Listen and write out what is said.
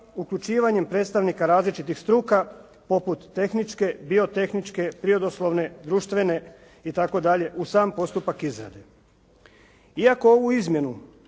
uključivanjem predstavnika različitih struka poput tehničke, biotehničke, prirodoslovne, društvene itd. u sam postupak izrade. Iako ovu izmjenu